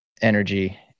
energy